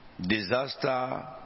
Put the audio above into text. disaster